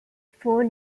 for